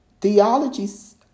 Theologies